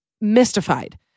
mystified